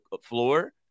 floor